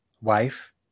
Wife